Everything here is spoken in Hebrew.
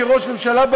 כראש הממשלה,